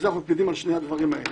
אנחנו מקפידים על שני הדברים האלה.